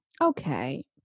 Okay